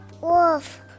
Wolf